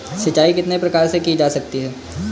सिंचाई कितने प्रकार से की जा सकती है?